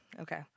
Okay